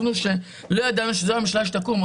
כשלא ידענו שזו הממשלה שתקום,